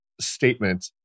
statement